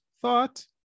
Thought